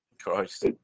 Christ